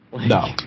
No